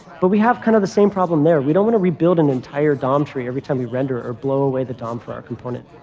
but we have kind of the same problem there. we don't want to rebuild an entire dom tree every time we render or blow away the dom for our component.